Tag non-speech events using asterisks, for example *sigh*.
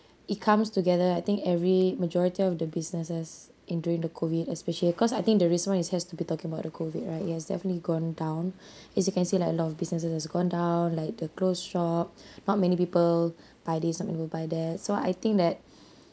it comes together I think every majority of the businesses in during the COVID especially cause I think the recent one is has to be talking about the COVID right it has definitely gone down *breath* as you can see like a lot of businesses has gone down like they close shop *breath* not many people *breath* buy this not many people buy that so I think that *breath*